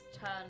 turn